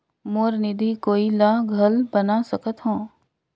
मोर निधि कोई ला घल बना सकत हो?